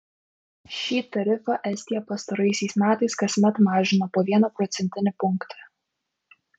šį tarifą estija pastaraisiais metais kasmet mažino po vieną procentinį punktą